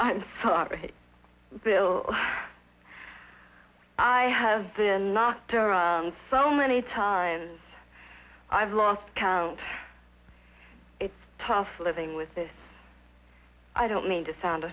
i'm sorry bill i have been knocked over so many times i've lost count it's tough living with this i don't mean to sound